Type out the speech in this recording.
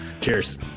cheers